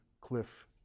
cliff